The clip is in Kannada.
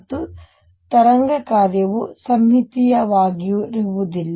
ಮತ್ತು ತರಂಗ ಕಾರ್ಯವು ಸಮ್ಮಿತೀಯವಾಗಿರುವುದಿಲ್ಲ